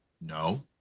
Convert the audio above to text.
No